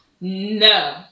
No